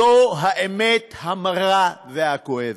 זו האמת המרה והכואבת,